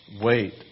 Wait